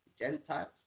Gentiles